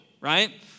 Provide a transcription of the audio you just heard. right